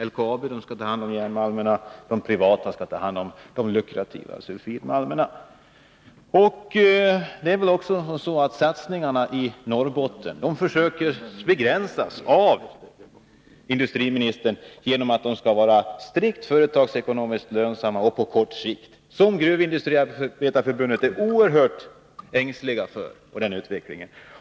LKAB skall ta hand om järnmalmerna, medan de privata skall ta hand om de lukrativa sulfidmalmerna. Det är väl också så att industriministern försöker begränsa satsningarna i Norrbotten genom att de skall vara strikt företagsekonomiskt lönsamma på kort sikt. För denna utveckling är man oerhört ängslig inom Gruvindustriarbetareförbundet.